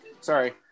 Sorry